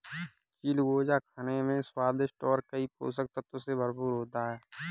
चिलगोजा खाने में स्वादिष्ट और कई पोषक तत्व से भरपूर होता है